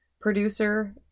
producer